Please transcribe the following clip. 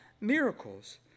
miracles